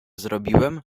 zrobiłem